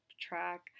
track